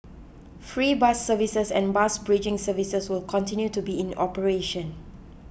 free bus services and bus bridging services will continue to be in operation